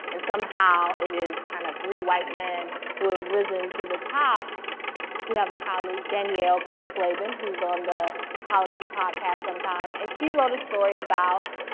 and somehow it is kind of three white men who have risen to the top we have a colleague, danielle kurtzleben, who's on the politics podcast sometime and she wrote a story about,